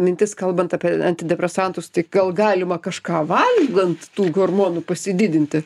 mintis kalbant apie antidepresantus tai gal galima kažką valgant tų hormonų pasididinti